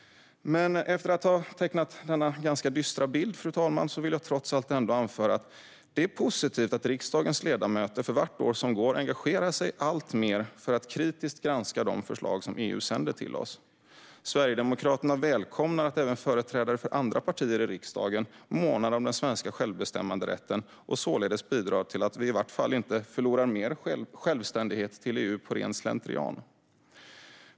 Men efter att ha tecknat denna ganska dystra bild vill jag trots allt ändå anföra att det är positivt att riksdagens ledamöter för varje år som går engagerar sig alltmer för att kritiskt granska de förslag som EU sänder till oss. Sverigedemokraterna välkomnar att även företrädare för andra partier i riksdagen månar om den svenska självbestämmanderätten och således bidrar till att vi i varje fall inte förlorar mer självständighet till EU på ren slentrian.